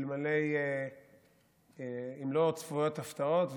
אם לא צפויות הפתעות,